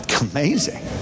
Amazing